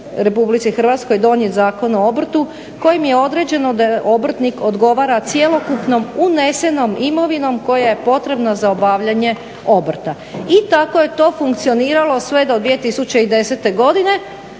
Republici Hrvatskoj donijet Zakon o obrtu kojim je određeno da obrtnik odgovara cjelokupnom unesenom imovinom koja je potrebna za obavljanje obrta. I tako je to funkcioniralo sve do 2010. godine